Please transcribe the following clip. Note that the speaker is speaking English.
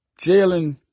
Jalen